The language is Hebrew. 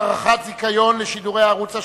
הארכת זיכיון לשידורי הערוץ השלישי),